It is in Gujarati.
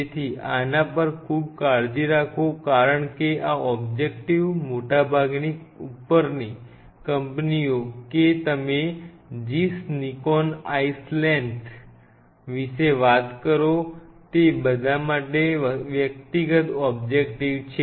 તેથી આના પર ખૂબ કાળજી રાખો કારણ કે આ ઓબ્જેક્ટીવ મોટાભાગની ઉપરની કંપનીઓ કે તમે ઝીસ નિકોન આઇલેન્થસ વિશે વાત કરો તે બધા માટે વ્યક્તિગત ઓબ્જેક્ટીવ છે